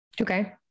Okay